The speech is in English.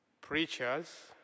preachers